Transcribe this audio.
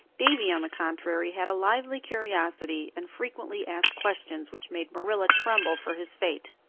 davy, on the contrary, had a lively curiosity, and frequently asked questions which made marilla tremble for his fate.